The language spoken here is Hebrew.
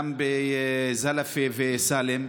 גם בזלפה וסאלם,